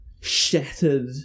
shattered